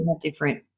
different